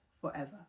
forever